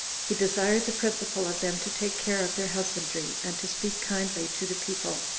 he desired the principal of them to take care of their husbandry, and to speak kindly to the people,